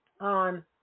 on